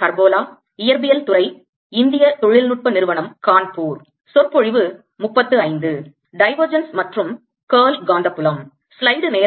Divergence திசைதிருப்பல் மற்றும் Curl சுருட்டை